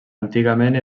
antigament